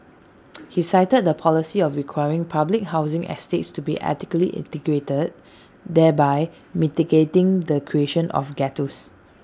he cited the policy of requiring public housing estates to be ethnically integrated thereby mitigating the creation of ghettos